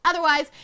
Otherwise